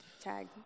Tag